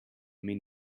mean